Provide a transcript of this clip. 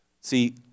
See